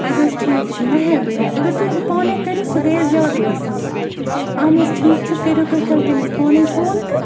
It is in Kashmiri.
اَدٕ حظ ٹھیک چھُ مہربٲنی اگر تُہۍ پانے کٔرِو سُہ گٔے زیادَے اَصل اَہَن حظ ٹھیٖک چھُ کٔرِو تُہۍ تیٚلہِ تمِس پانے فون تہٕ